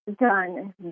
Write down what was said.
done